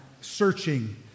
searching